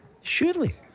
surely